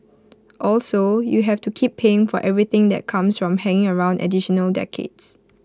also you have to keep paying for everything that comes from hanging around additional decades